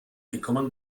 gekommen